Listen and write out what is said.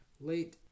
late